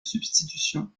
substitution